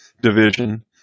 division